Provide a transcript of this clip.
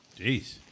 jeez